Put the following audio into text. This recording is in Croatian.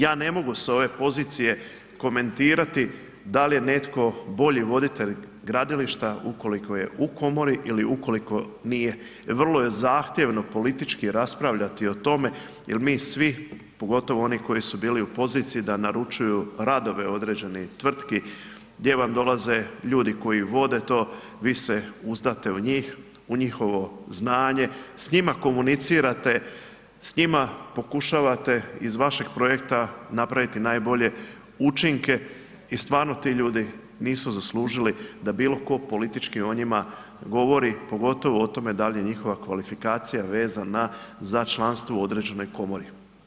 Ja ne mogu s ove pozicije komentirati da li je netko bolji voditelj gradilišta ukoliko je u komori ili ukoliko nije jer vrlo je zahtjevno politički raspravljati o tome jer mi svi pogotovo oni koji su bili u poziciji da naručuju radove određenih tvrtki gdje vam dolaze ljudi koji vode to, vi se uzdate u njih, u njihovo znanje, s njima komunicirate, s njima pokušavate iz vašeg projekta napraviti najbolje učinke i stvarno ti ljudi nisu zaslužili da bilo tko politički o njima govori pogotovo o tome da li je njihova kvalifikacija vezana za članstvo u određenoj komori.